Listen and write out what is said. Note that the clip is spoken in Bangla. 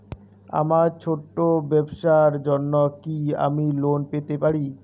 আমার ছোট্ট ব্যাবসার জন্য কি আমি লোন পেতে পারি?